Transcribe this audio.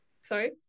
sorry